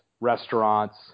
restaurants